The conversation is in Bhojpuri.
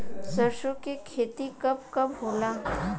सरसों के खेती कब कब होला?